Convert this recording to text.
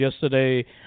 yesterday